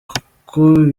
kuko